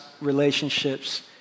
relationships